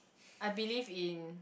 I believe in